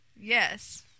Yes